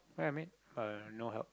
what that mean uh no help